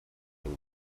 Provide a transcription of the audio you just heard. den